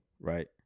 right